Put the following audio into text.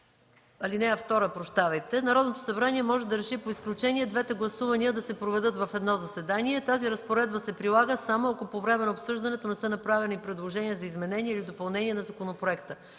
на чл. 76, ал. 2: „Народното събрание може да реши по изключение двете гласувания да се проведат в едно заседание. Тази разпоредба се прилага само ако по време на обсъжданията не са направени предложения за изменение и допълнение на законопроекта.”